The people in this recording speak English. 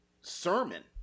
sermon